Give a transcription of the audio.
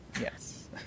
Yes